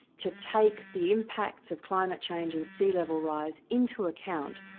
to take the impacts of climate change and sea level rise into account,